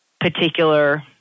particular